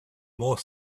more